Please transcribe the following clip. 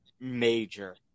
major